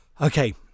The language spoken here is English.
okay